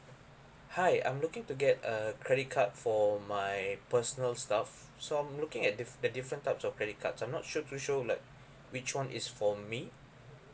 hi I'm looking to get a credit card for my personal stuff so I'm looking at the the different types of credit cards I'm not so too sure like which one is for me